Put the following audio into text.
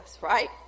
right